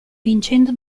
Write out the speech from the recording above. vincendo